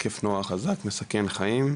התקף נורא חזק מסכן חיים.